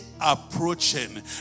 approaching